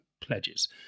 pledges